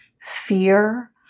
fear